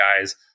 guys